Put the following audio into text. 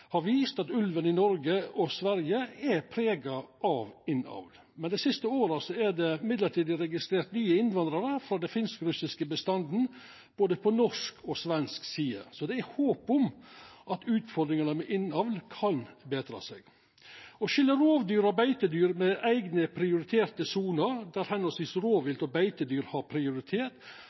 har vist at ulven i Noreg og Sverige er prega av innavl, men dei siste åra er det mellombels registrert nye innvandrarar frå den finsk-russiske bestanden, både på norsk og svensk side. Så det er håp om at utfordringane med innavl kan betra seg. Å skilja rovdyr og beitedyr, med eigne prioriterte soner der høvesvis rovvilt og beitedyr har prioritet,